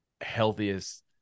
healthiest